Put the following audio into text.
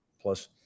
Plus